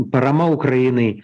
parama ukrainai